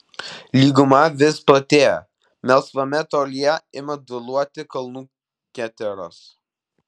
lyguma vis platėja melsvame tolyje ima dūluoti kalnų keteros